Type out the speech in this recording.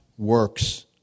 works